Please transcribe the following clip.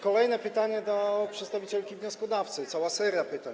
Kolejne pytanie do przedstawicielki wnioskodawcy, cała seria pytań.